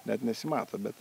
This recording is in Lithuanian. net nesimato bet